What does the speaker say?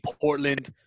Portland